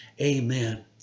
Amen